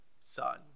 son